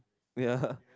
ya